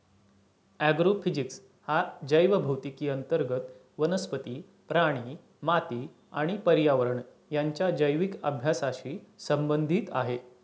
agrophysics हा जैवभौतिकी अंतर्गत वनस्पती, प्राणी, माती आणि पर्यावरण यांच्या जैविक अभ्यासाशी संबंधित आहे